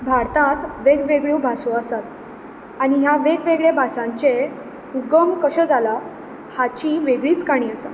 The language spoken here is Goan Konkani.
भारतांत वेग वेगळ्यो भासो आसात आनी ह्या वेग वेगळ्या भाशांचें उगम कशें जालां हाची वेगळीच काणी आसा